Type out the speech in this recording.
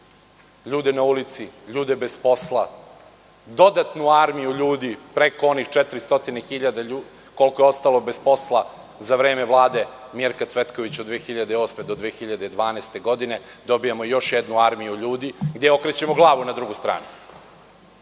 Ljude na ulici, ljude bez posla. Dodatnu armiju ljudi preko onih 400 hiljada ljudi koliko je ostalo bez posla za vreme vlade Mirka Cvetkovića od 2008-2012. godine, dobijamo još jednu armiju ljudi gde okrećemo glavu na drugu stranu. Ako